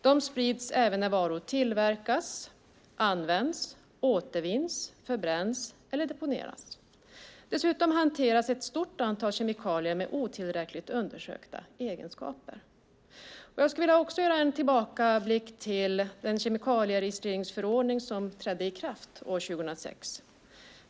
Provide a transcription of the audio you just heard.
De sprids även när varor tillverkas, används, återvinns, förbränns, eller deponeras. Dessutom hanteras ett stort antal kemikalier med otillräckligt undersökta egenskaper. Jag vill också göra en tillbakablick till den kemikalieregistreringsförordning som trädde i kraft 2006.